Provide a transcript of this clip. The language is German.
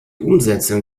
umsetzung